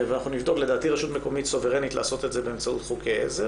לדעתי הרשות סוברנית לעשות את זה באמצעות חוקי עזר